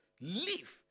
leave